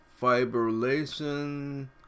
fibrillation